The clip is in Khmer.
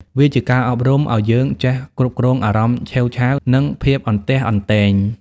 វាជាការអប់រំឱ្យយើងចេះគ្រប់គ្រងអារម្មណ៍ឆេវឆាវ និងភាពអន្ទះអន្ទែង។